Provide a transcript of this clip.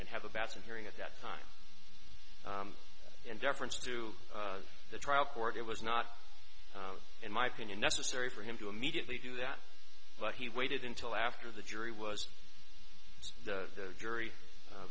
and have a bath and hearing at that time in deference to the trial court it was not in my opinion necessary for him to immediately do that but he waited until after the jury was the jury